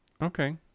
okay